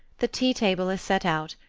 the tea-table is set out,